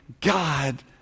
God